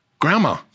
Grandma